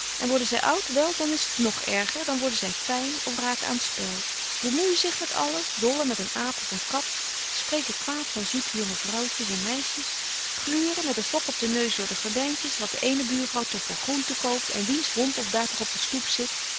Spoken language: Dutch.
en worden zy oud wel dan is t nog erger dan worden zy fyn of raken aan t spel bemoeijen zich met alles dollen met een aap of een kat spreken kwaad van zoete jonge vrouwtjes en meisjes gluren met den fok op den neus door de gordyntjes wat de eene buurvrouw toch voor groente koopt en wiens hond of daar toch op de stoep zit